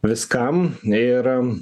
viskam ir